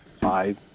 five